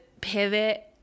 pivot